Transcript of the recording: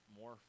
more